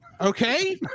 Okay